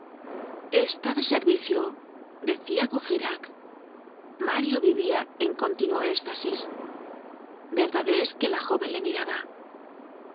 está de servicio decia courfeyrac mario vivia en continuo estasis verdad es que la jóven le miraba